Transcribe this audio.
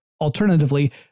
alternatively